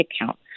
account